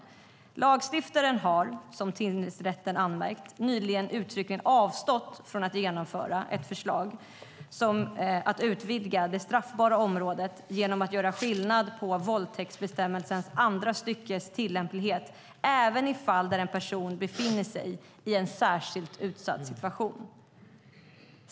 Det står: "Lagstiftaren har, som tingsrätten anmärkt, nyligen uttryckligen avstått från att genomföra ett förslag att utvidga det straffbara området genom att göra våldtäktsbestämmelsens andra stycke tillämpligt även i fall där en person befinner sig i en särskilt utsatt situation.